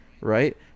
right